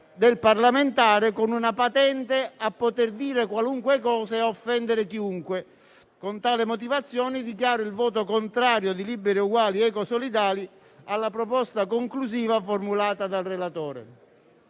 del parlamentare con una patente a poter dire qualunque cosa e a offendere chiunque. Con tali motivazioni dichiaro il voto contrario di Liberi e Uguali-Ecosolidali alla proposta conclusiva formulata dal relatore.